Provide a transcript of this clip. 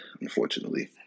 unfortunately